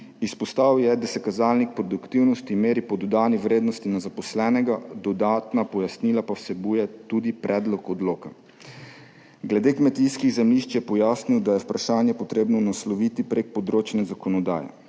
Izpostavil je, da se kazalnik produktivnosti meri po dodani vrednosti na zaposlenega, dodatna pojasnila pa vsebuje tudi predlog odloka. Glede kmetijskih zemljišč je pojasnil, da je vprašanje treba nasloviti prek področne zakonodaje.